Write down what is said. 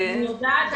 אני יודעת.